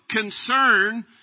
concern